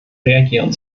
reagieren